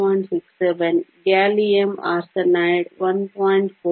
67 gallium arsenide 1